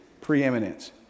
preeminence